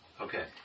Okay